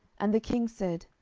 and the king said,